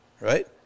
right